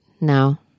No